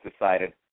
decided